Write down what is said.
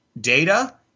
data